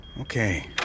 okay